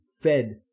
fed